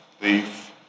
thief